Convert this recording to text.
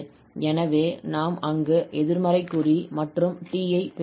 எனவே நாம் அங்கு எதிர்மறை குறி மற்றும் t ஐ பெறுகிறோம்